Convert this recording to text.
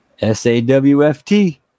S-A-W-F-T